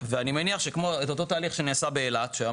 ואני מניח שאת אותו תהליך שנעשה באילת שהיום